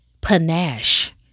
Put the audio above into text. panache